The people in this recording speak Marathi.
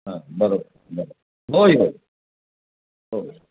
हां बरोबर बरोबर होय होय होय